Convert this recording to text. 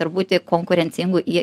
ir būti konkurencingu į